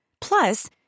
Plus